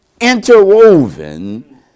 interwoven